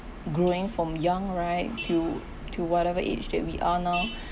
growing from young right to to whatever age that we are now